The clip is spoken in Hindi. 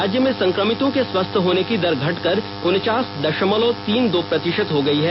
राज्य में संकमितों के स्वस्थ्य होने को दर घटकर उनचास द ामलव तीन दो प्रति ांत हो गयी है